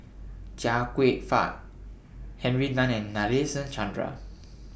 Chia Kwek Fah Henry Tan and Nadasen Chandra